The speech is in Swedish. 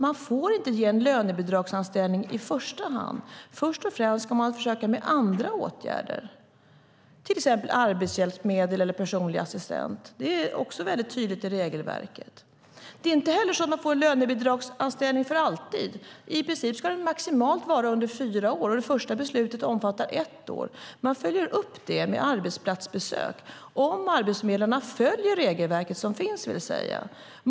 Man får inte ge en lönebidragsanställning i första hand. Först och främst ska man försöka med andra åtgärder, till exempel arbetshjälpmedel eller personlig assistent. Det är tydligt i regelverket. Det är inte heller så att en lönebidragsanställning gäller för alltid. I princip ska den maximalt vara under fyra år, och det första beslutet omfattar ett år. Man följer upp det med arbetsplatsbesök, om arbetsförmedlarna följer regelverket som finns, vill säga.